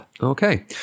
Okay